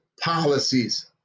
policies